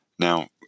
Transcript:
Now